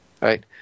right